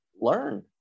learn